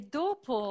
dopo